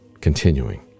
continuing